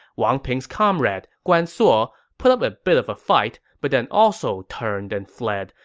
wang ping's comrade, guan suo, put up a bit of a fight but then also turned and fled,